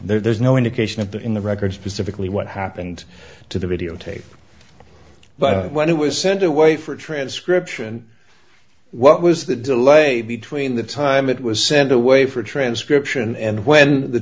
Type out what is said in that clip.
s there's no indication at the in the record specifically what happened to the videotape but when it was sent away for transcription what was the delay between the time it was sent away for transcription and when the